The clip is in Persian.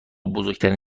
بزرگترین